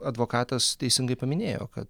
advokatas teisingai paminėjo kad